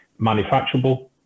manufacturable